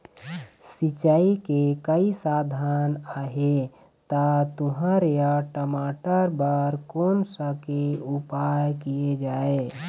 सिचाई के कई साधन आहे ता तुंहर या टमाटर बार कोन सा के उपयोग किए जाए?